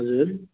हजुर